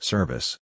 Service